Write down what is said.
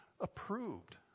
approved